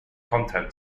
content